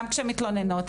לא, זה גם כשהן מתלוננות.